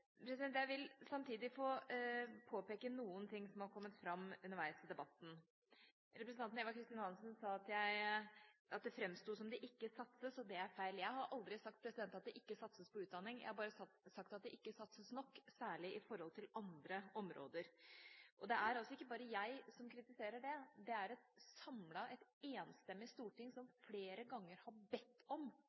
Jeg vil samtidig få påpeke enkelte ting som har kommet fram underveis i debatten. Representanten Eva Kristin Hansen sa at det framsto som at det ikke satses. Det er feil. Jeg har aldri sagt at det ikke satses på utdanning. Jeg har bare sagt at det ikke satses nok, særlig i forhold til andre områder. Og det er altså ikke bare jeg som kritiserer det. Det er et enstemmig storting som flere ganger har bedt om